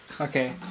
Okay